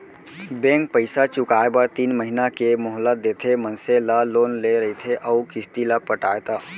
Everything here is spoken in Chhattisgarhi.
बेंक पइसा चुकाए बर तीन महिना के मोहलत देथे मनसे ला लोन ले रहिथे अउ किस्ती ल पटाय ता